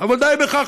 אבל די בכך,